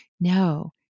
No